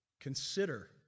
consider